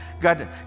God